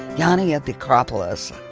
yeah ah and yeah the acropolis.